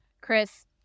Chris